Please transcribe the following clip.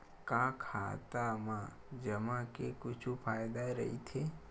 का खाता मा जमा के कुछु फ़ायदा राइथे?